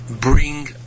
bring